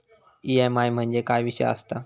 EMI म्हणजे काय विषय आसता?